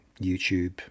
YouTube